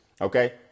Okay